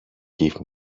give